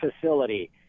facility